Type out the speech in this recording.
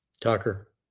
Tucker